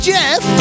Jeff